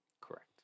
Correct